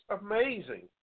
amazing